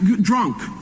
drunk